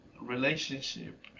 relationship